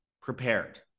prepared